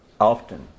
often